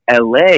LA